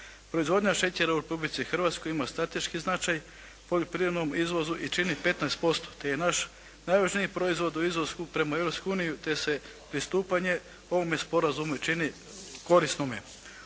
Proizvodnja šećera u Republici Hrvatskoj ima strateški značaj u poljoprivrednom izvozu i čini 15% te je naš najvažniji proizvod u izlasku prema Europskoj uniji te se pristupanje ovome sporazumu i čini korisnim.